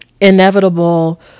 inevitable